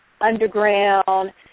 underground